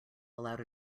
allowed